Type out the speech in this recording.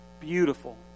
Beautiful